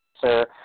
sir